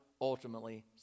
ultimately